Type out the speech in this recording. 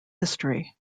history